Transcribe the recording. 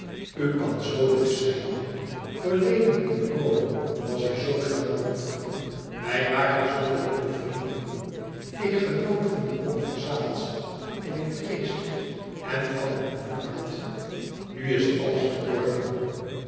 kan zoo lief zijn verleden in rome was u zoo charmant wij waren zulke goede vrienden ik genoot van uw conversatie en uw geest en van uw goed hart nu is alles bedorven